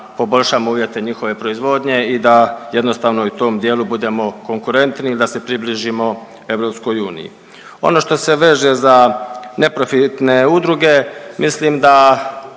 poboljšamo uvjete njihove proizvodnje i da jednostavno u tom dijelu budemo konkurentni ili da se približimo EU. Ono što se veže za neprofitne udruge, mislim da